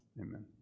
amen